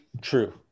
true